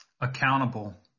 accountable